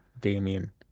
Damien